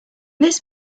this